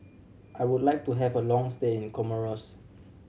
I would like to have a long stay in Comoros